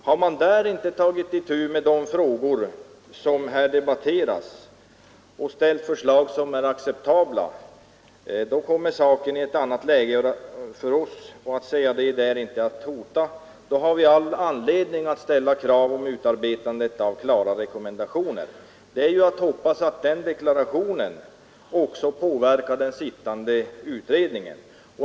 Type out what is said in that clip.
Har man i den utredningen inte tagit itu med de frågor som här debatteras och framlagt acceptabla förslag, då kommer saken i ett annat läge för oss. Att säga det är inte att hota. Då har vi all anledning att ställa krav om utarbetande av klara rekommendationer. Det är att hoppas att en sådan deklaration också påverkar den sittande utredningen.